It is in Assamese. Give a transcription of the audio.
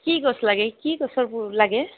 কি গছ লাগে কি গছৰ লাগে